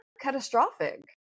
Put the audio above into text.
catastrophic